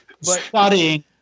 studying